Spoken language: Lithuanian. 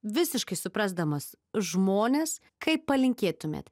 visiškai suprasdamas žmones kaip palinkėtumėt